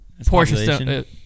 Porsche